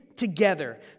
Together